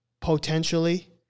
potentially